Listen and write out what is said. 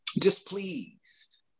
displeased